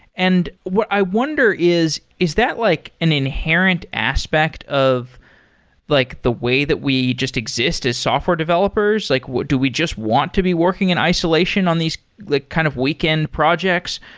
and what i wonder is, is that like an inherent aspect of like the way that we just exist as software developers? like do we just want to be working in isolation on these like kind of weekend projects?